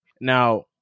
now